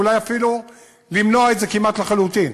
ואולי אפילו למנוע את זה כמעט לחלוטין.